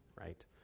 right